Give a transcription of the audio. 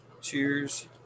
Cheers